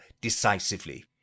decisively